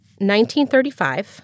1935